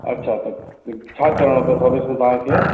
अच्छा त छा कराइणो अथव सर्विस में तव्हांखे